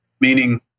Meaning